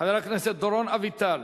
חבר הכנסת דורון אביטל,